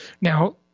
Now